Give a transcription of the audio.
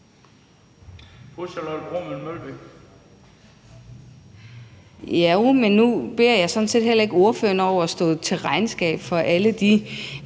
Jo, men nu beder jeg sådan set heller ikke ordføreren om at stå til regnskab for alle de